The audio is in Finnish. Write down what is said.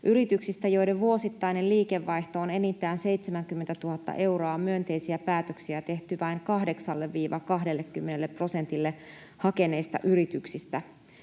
yrityksistä, joiden vuosittainen liikevaihto on enintään 70 000 euroa, on myönteisiä päätöksiä tehty vain 8—20 prosentille hakeneista yrityksistä.